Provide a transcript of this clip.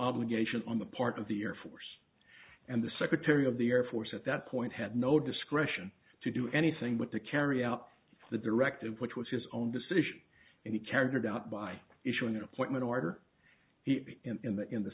obligation on the part of the air force and the secretary of the air force at that point had no discretion to do anything but to carry out the directive which was his own decision and he carried out by issuing an appointment order he in that in the